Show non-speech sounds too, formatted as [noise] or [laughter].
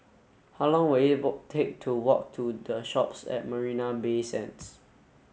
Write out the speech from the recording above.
how long will it [unintelligible] take to walk to The Shoppes at Marina Bay Sands